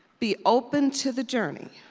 be open to the journey,